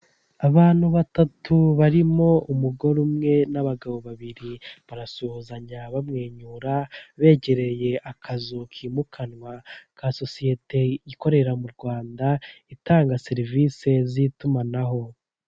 Abantu batatu barimo umugore umwe n'abagabo babiri barasuhuzanya bamwenyura begereye akazu kimukanwa ka sosiyete ikorera mu rwanda itanga serivisi z'itumanaho.